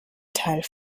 teil